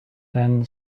then